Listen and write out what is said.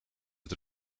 het